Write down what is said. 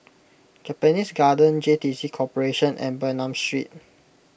Japanese Garden JTC Corporation and Bernam Street